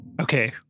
Okay